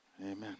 Amen